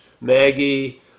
Maggie